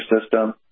system